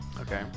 Okay